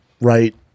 right